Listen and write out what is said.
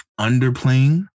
underplaying